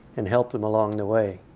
and help them along the way.